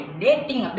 dating